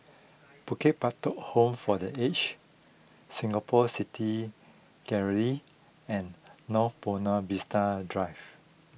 Bukit Batok Home for the Aged Singapore City Gallery and North Buona Vista Drive